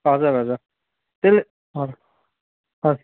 हजुर हजुर त्यसले हजुर